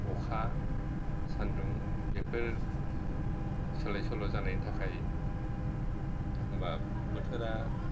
अखा सान्दुं बेफोर सोलाय सोल' जानायनि थाखाय एखनबा बोथोरा